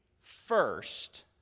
first